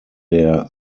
der